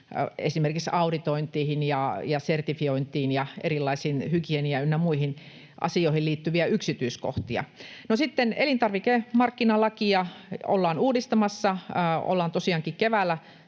esimerkiksi auditointiin ja sertifiointiin ja erilaisiin hygienia- ynnä muihin asioihin liittyviä yksityiskohtia. No, sitten elintarvikemarkkinalakia ollaan tosiaankin uudistamassa keväällä,